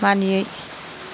मानियै